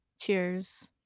Cheers